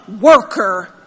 worker